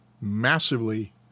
massively